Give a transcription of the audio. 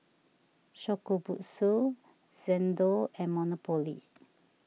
Shokubutsu Xndo and Monopoly